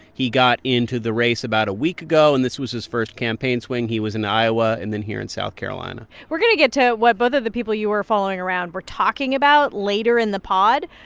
he got into the race about a week ago, and this was his first campaign swing. he was in iowa and then here in south carolina we're going to get to what both of the people you were following around were talking about later in the pod.